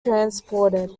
transported